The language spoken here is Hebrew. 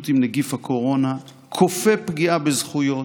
עם נגיף הקורונה כופה פגיעה בזכויות,